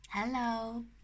Hello